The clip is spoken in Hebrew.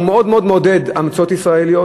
הוא מאוד מאוד מעודד המצאות ישראליות,